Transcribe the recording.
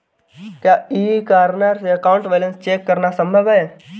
क्या e corner से account balance check करना संभव है?